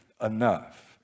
enough